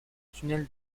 tunnel